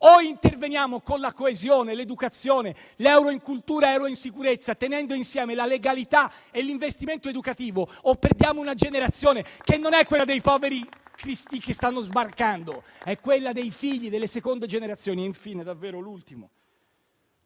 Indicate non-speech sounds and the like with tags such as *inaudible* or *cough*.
O interveniamo con la coesione, l'educazione, le risorse in cultura e in sicurezza, tenendo insieme la legalità e l'investimento educativo, o perdiamo una generazione, *applause* che non è quella dei poveri cristi che stanno sbarcando, ma quella dei figli delle seconde generazioni. Ultimo punto: